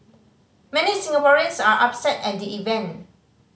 many Singaporeans are upset at the event